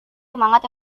semangat